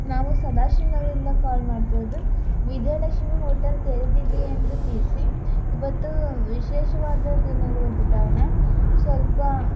ನಾವು ಸದಾಶಿವ ನಗರದಿಂದ ಕಾಲ್ ಮಾಡ್ತಿರೋದು ವಿಜಯಲಕ್ಷ್ಮಿ ಹೋಟೆಲ್ ತೆರೆದಿದೆಯೇ ಎಂದು ತಿಳಿಸಿ ಇವತ್ತು ವಿಶೇಷವಾದ ದಿನ ಇರುವಂಥ ಕಾರಣ ಸ್ವಲ್ಪ